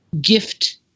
gift